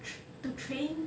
tra~ to train